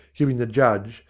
giving the judge,